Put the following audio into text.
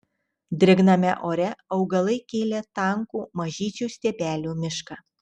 drėgname ore augalai kėlė tankų mažyčių stiebelių mišką